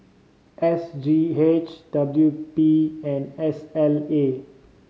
S G H W P and S L A